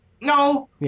No